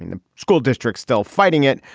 the school districts still fighting it,